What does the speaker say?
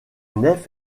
nef